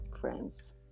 friends